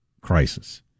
crisis